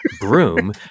broom